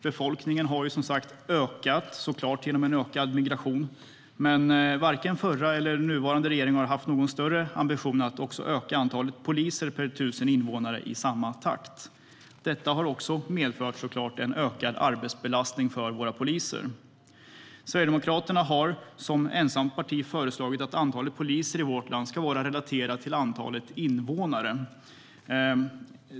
Befolkningen har ökat genom en ökad migration. Men varken den förra eller den nuvarande regeringen har haft någon större ambition att öka antalet poliser per 1 000 invånare i samma takt. Detta har också medfört en ökad arbetsbelastning för polisen. Som ensamt parti har Sverigedemokraterna föreslagit att antalet poliser i vårt land ska vara relaterat till antalet invånare.